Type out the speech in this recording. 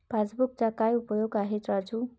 पासबुकचा काय उपयोग आहे राजू?